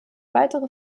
weitere